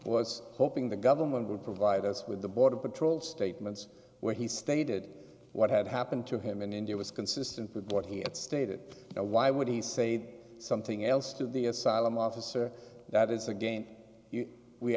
was hoping the government would provide us with the border patrol statements where he stated what had happened to him in india was consistent with what he had stated why would he say something else to the asylum officer that is aga